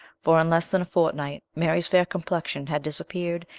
for in less than a fortnight mary's fair complexion had disappeared,